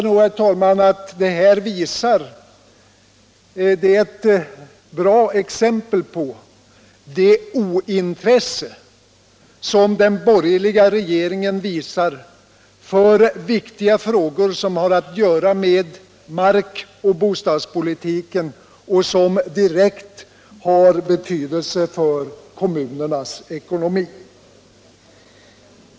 Detta är, herr talman, ett bra exempel på det ointresse som den borgerliga regeringen visar för viktiga frågor som har att göra med markoch bostadspolitiken och som direkt har betydelse för kommunernas ekonomi.